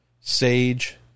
Sage